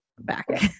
back